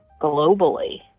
globally